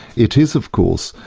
it is of course,